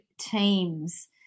teams